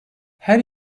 her